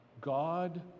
God